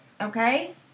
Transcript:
okay